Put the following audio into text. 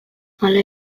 hala